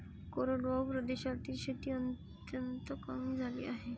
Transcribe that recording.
कोरडवाहू प्रदेशातील शेती अत्यंत कमी झाली आहे